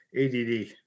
ADD